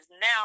now